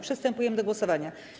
Przystępujemy do głosowania.